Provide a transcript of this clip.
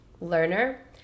learner